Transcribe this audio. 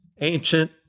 ancient